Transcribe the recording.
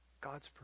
God's